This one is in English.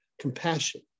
compassion